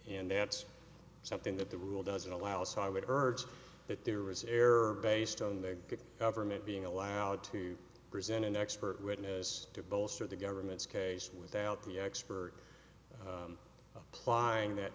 and that's something that the rule doesn't allow so i would urge that there was a error based on the government being allowed to present an expert witness to bolster the government's case without the expert applying that